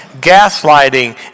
gaslighting